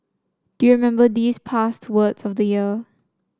do you remember these past words of the year